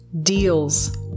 deals